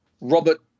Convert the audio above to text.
Robert